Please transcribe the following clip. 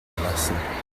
hinterlassen